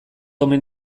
omen